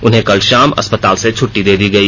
उन्हें कल षाम अस्पताल से छुट्टी दे दी गई